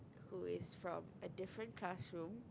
who is from a different classroom